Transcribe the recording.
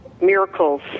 miracles